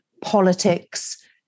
politics